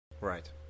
right